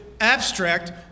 abstract